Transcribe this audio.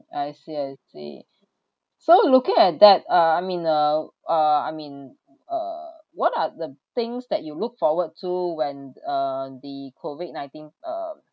I see I see so looking at that uh I mean uh uh I mean uh what are the things that you look forward to when uh the COVID-nineteen um